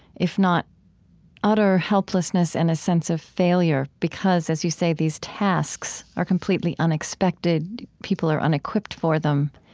if not utter helplessness and a sense of failure, because, as you say, these tasks are completely unexpected. people are unequipped for them